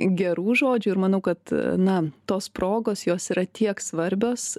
gerų žodžių ir manau kad na tos progos jos yra tiek svarbios